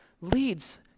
leads